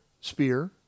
spear